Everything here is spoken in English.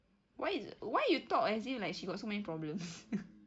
why is why you talk as if like she got so many problems